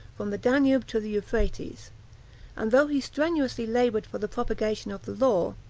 from the danube to the euphrates and, though he strenuously labored for the propagation of the law,